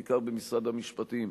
בעיקר במשרד המשפטים,